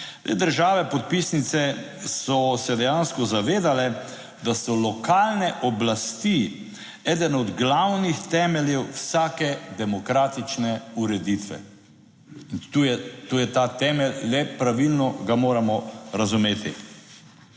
države podpisnice so se dejansko zavedale, da so lokalne oblasti eden od glavnih temeljev vsake demokratične ureditve. In tu je, tu je ta temelj, le pravilno ga moramo razumeti.